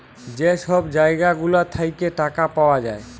যে ছব জায়গা গুলা থ্যাইকে টাকা পাউয়া যায়